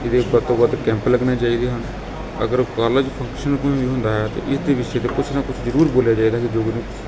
ਇਹਦੇ ਵੱਧ ਤੋਂ ਵੱਧ ਕੈਂਪ ਲੱਗਣੇ ਚਾਹੀਦੇ ਹਨ ਅਗਰ ਕਾਲਜ ਫੰਕਸ਼ਨ ਕੋਈ ਹੁੰਦਾ ਅਤੇ ਇਸ ਦੇ ਵਿਸ਼ੇ 'ਤੇ ਕੁਛ ਨਾ ਕੁਛ ਜ਼ਰੂਰ ਬੋਲਿਆ ਜਾਏਗਾ